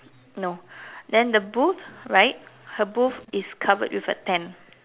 no then the booth right her booth is covered with a tent